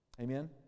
Amen